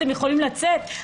אתם יכולים לצאת.